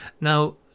Now